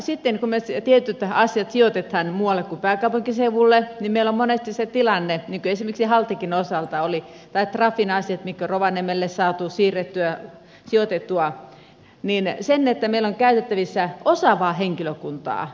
sitten kun me tietyt asiat sijoitamme muualle kuin pääkaupunkiseudulle meillä on monesti se tilanne niin kuin esimerkiksi haltikin osalta oli tai trafin asioiden mitkä rovaniemelle on saatu sijoitettua että meillä on käytettävissä osaavaa henkilökuntaa